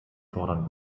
fordern